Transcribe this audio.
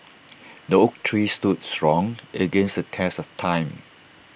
the oak tree stood strong against the test of time